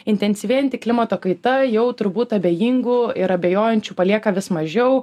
intensyvėjanti klimato kaita jau turbūt abejingų ir abejojančių palieka vis mažiau